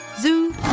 Zoo